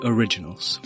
Originals